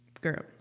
girl